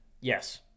Yes